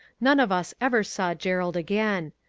none of us ever saw gerald again.